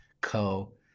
Co